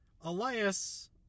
Elias